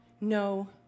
no